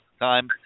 time